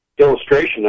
illustration